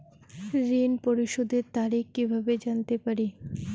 ঋণ পরিশোধের তারিখ কিভাবে জানতে পারি?